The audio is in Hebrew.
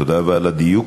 תודה רבה על הדיוק.